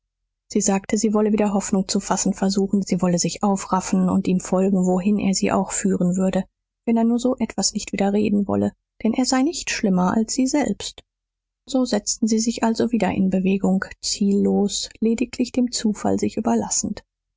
sie sagte sie wolle wieder hoffnung zu fassen versuchen sie wolle sich aufraffen und ihm folgen wohin er sie auch führen würde wenn er nur so etwas nicht wieder reden wolle denn er sei nicht schlimmer als sie selbst so setzten sie sich also wieder in bewegung ziellos lediglich dem zufall sich überlassend